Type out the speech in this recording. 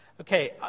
Okay